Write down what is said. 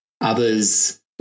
others